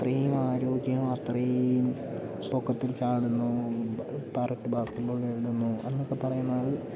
അത്രയും ആരോഗ്യം അത്രയും പൊക്കത്തിൽ ചാടുന്നു പാർക്ക് ബാസ്കറ്റ് ബോളിൽ ഇടുന്നു എന്നൊക്കെ പറയുന്നത്